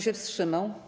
się wstrzymał?